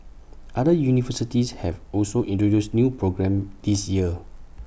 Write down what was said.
other universities have also introduced new programmes this year